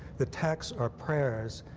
the text are prayers,